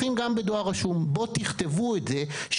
בואו נחדד את הנקודות.